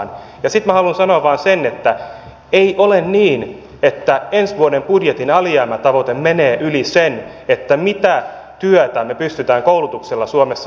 ja sitten minä haluan sanoa vain sen että ei ole niin että ensi vuoden budjetin alijäämätavoite menee yli sen mitä työtä me pystymme koulutuksella suomessa tulevaisuudessa luomaan